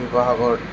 শিৱসাগৰত